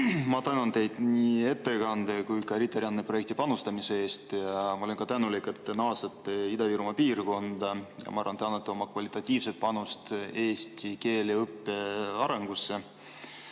ma tänan teid nii ettekande kui ka RITA-rände projekti panustamise eest! Ma olen ka tänulik, et te naasete Ida-Virumaa piirkonda. Ma arvan, et te annate oma kvalitatiivse panuse eesti keele õppe arengusse,